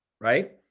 right